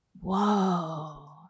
Whoa